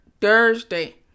Thursday